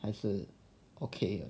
还是 okay